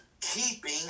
keeping